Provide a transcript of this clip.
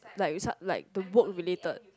like we start like to work related